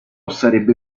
sarebbe